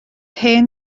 hen